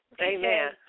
Amen